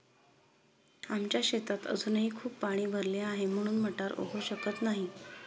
आमच्या शेतात अजूनही खूप पाणी भरले आहे, म्हणून मटार उगवू शकत नाही